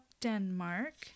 Denmark